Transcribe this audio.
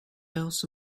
else